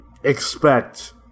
expect